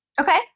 Okay